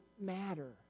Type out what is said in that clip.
matter